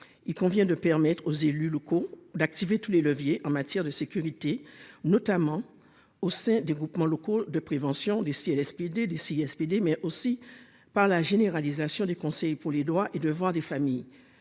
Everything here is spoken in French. Il convient de permettre aux élus locaux d'activer tous les leviers en matière de sécurité, notamment au sein des groupements locaux de prévention des ici et le SPD des SPD mais aussi par la généralisation des conseils pour les droits et devoirs des familles.